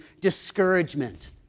discouragement